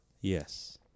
Yes